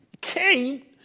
came